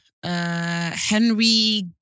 Henry